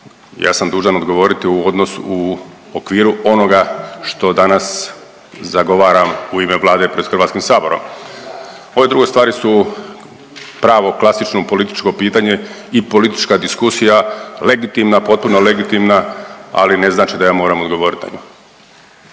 ja sam dužan odgovoriti u okviru onoga što danas zagovaram u ime Vlade pred Hrvatskim saborom. Ove druge stvari su pravo klasično političko pitanje i politička diskusija, legitimna, potpuno legitimna, ali ne znači da ja moram odgovoriti na nju.